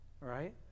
right